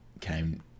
came